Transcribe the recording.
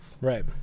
Right